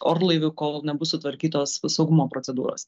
orlaivių kol nebus sutvarkytos saugumo procedūros